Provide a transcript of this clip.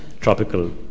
tropical